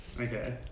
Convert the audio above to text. Okay